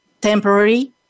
temporary